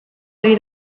ari